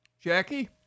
Jackie